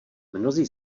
mnozí